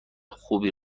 خوبی